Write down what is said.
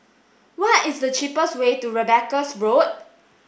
what is the cheapest way to Rebecca Road